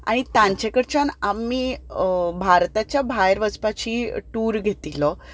आनी तांचे कडच्यान आमी भारताच्या भायर वचपाची टूर घेतिल्लो